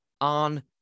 on